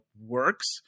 works